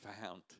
found